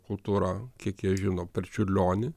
kultūra kiek jie žino per čiurlionį